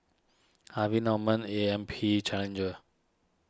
Harvey Norman A M P Challenger